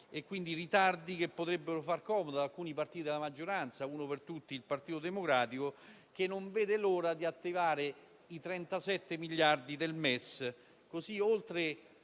Sono ritardi che potrebbero far comodo ad alcuni partiti della maggioranza, uno per tutti il Partito Democratico, che non vede l'ora di attivare i 37 miliardi del MES,